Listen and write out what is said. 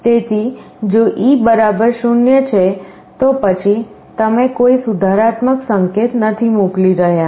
તેથી જો e 0 છે તો પછી તમે કોઈ સુધારાત્મક સંકેત નથી મોકલી રહ્યાં